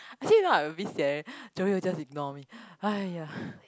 actually you know I a bit sian Joey will just ignore me !haiya!